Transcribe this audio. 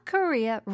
Korea